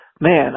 Man